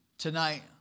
Tonight